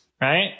right